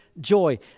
joy